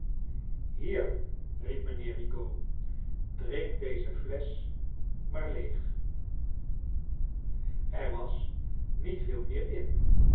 hier riep mijnheer rigaad drink deze flesch maar leeg er was niet veel meer in